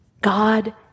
God